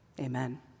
Amen